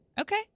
Okay